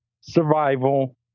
survival